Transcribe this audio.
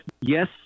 yes